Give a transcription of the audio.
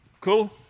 cool